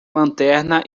lanterna